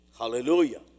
hallelujah